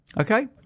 Okay